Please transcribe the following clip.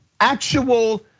actual